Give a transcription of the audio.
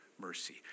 mercy